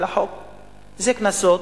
זה קנסות,